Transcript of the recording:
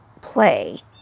play